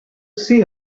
see